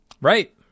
Right